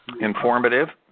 informative